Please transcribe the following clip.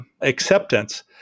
acceptance